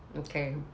okay